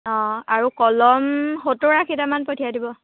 অঁ আৰু কলম সত্তৰ আশীটামান পঠিয়াই দিব